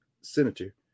senator